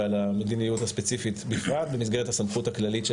ועל המדיניות הספציפית בפרט במסגרת הסמכות הכללית של